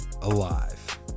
alive